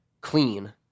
clean